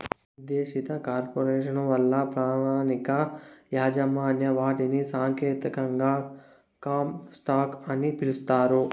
నిర్దేశిత కార్పొరేసను వల్ల ప్రామాణిక యాజమాన్య వాటాని సాంకేతికంగా కామన్ స్టాకు అని పిలుస్తారు